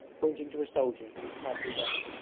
pointing to a soldier who was passing by.